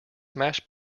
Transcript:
mashed